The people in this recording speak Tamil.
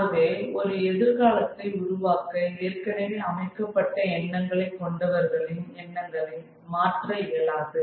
ஆகவே ஒரு எதிர்காலத்தை உருவாக்க ஏற்கனவே அமைக்கப்பட்ட எண்ணங்களை கொண்டவர்களின் எண்ணங்களை மாற்ற இயலாது